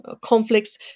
conflicts